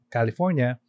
California